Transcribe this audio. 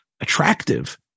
attractive